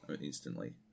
instantly